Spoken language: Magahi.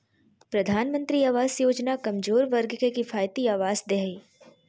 प्रधानमंत्री आवास योजना कमजोर वर्ग के किफायती आवास दे हइ